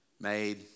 Made